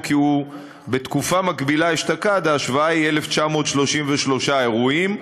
כי בתקופה מקבילה אשתקד המספר הוא 1,933 אירועים.